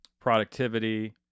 productivity